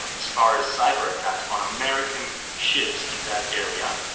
as far as cyber attacks on american ships in that area.